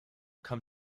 come